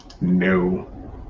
No